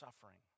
suffering